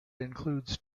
includes